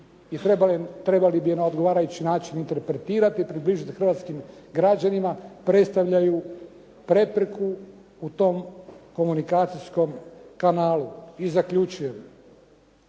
trebali bi na odgovarajući način interpretirati i približiti hrvatskim građanima, predstavljaju prepreku u tom komunikacijskom kanalu. I zaključujem.